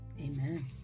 Amen